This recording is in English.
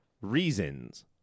reasons